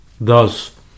Thus